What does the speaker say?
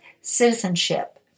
citizenship